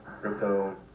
crypto